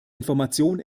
information